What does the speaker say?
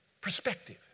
Perspective